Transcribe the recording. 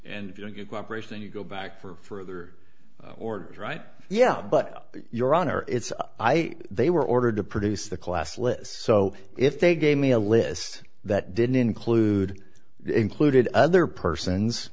and you don't get cooperation and you go back for other or right yeah but your honor it's i they were ordered to produce the class list so if they gave me a list that didn't include included other persons